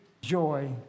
joy